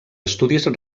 estudis